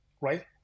right